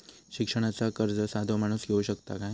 शिक्षणाचा कर्ज साधो माणूस घेऊ शकता काय?